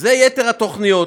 יתר התוכניות.